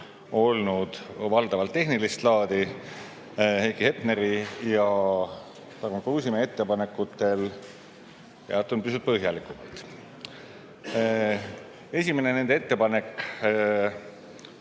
olnud valdavalt tehnilist laadi. Heiki Hepneri ja Tarmo Kruusimäe ettepanekutel peatun pisut põhjalikumalt. Esimene nende ettepanek